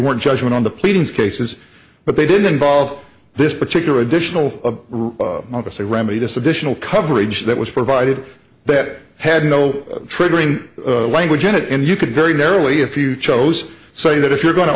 weren't judgment on the pleadings cases but they did involve this particular additional officer remedy this additional coverage that was provided that had no triggering language in it and you could very narrowly if you chose say that if you're going to